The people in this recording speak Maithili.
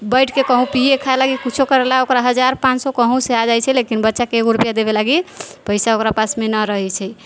बैठके कहूँ पिए खाइ लागी किछु करैलए ओकरा हजार पानसओ कहूँसँ आ जाइ छै लेकिन बच्चाके एगो रुपैआ देबे लागी पैसा ओकरा पासमे नहि रहै छै